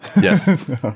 Yes